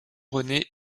rené